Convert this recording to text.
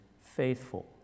faithful